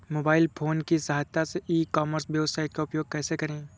Mobile phone की सहायता से ई कॉमर्स वेबसाइट का उपयोग कैसे करें?